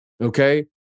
Okay